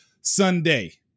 Sunday